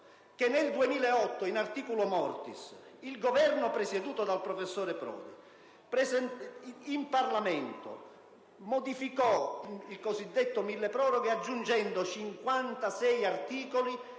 che nel 2008, *in articulo mortis*, il Governo presieduto dal professor Prodi in Parlamento modificò il cosiddetto milleproroghe aggiungendo 56 articoli